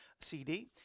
CD